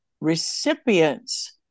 recipients